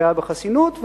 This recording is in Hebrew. ופוגע בחסינות,